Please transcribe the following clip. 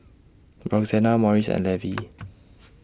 Roxana Morris and Levie